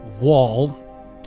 wall